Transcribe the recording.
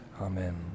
Amen